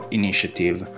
initiative